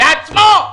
בעצמו.